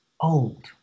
old